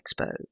Expo